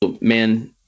man